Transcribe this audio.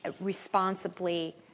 responsibly